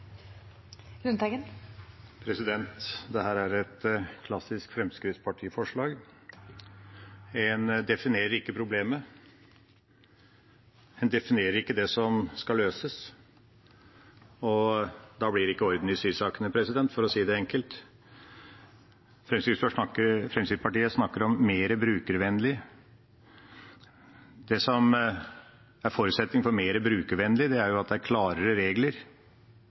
et klassisk Fremskrittsparti-forslag. En definerer ikke problemet, en definerer ikke det som skal løses, og da blir det ikke orden i sysakene, for å si det enkelt. Fremskrittspartiet snakker om «mer brukervennlig». Det som er forutsetningen for mer brukervennlig, er jo at det er klarere regler.